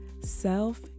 self